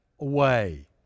away